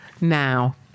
now